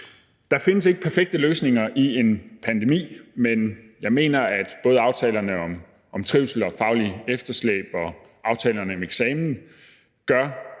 Der findes ikke perfekte løsninger i en pandemi, men jeg mener, at både aftalerne om trivsel og fagligt efterslæb og aftalen om eksamen gør,